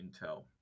Intel